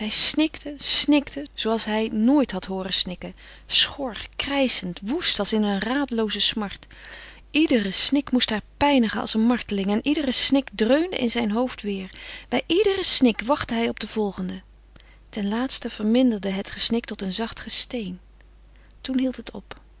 snikte snikte zooals hij nooit had hooren snikken schor krijschend woest als in een radelooze smart iedere snik moest haar pijnigen als een marteling en iedere snik dreunde in zijn hoofd weêr bij iederen snik wachtte hij op de volgende ten laatste verminderde het gesnik tot een zacht gesteun toen hield het op